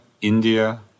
India